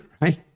right